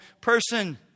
person